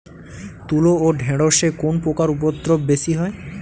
তুলো ও ঢেঁড়সে কোন পোকার উপদ্রব বেশি হয়?